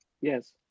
Yes